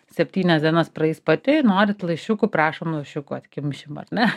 septynias dienas praeis pati norit lašiukų prašom lašiukų atkimšim ar ne